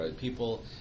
people